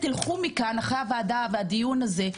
אחרי הוועדה והדיון הזה,